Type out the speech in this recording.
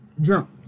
drunk